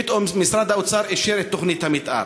פתאום משרד האוצר אישר את תוכנית המתאר.